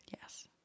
Yes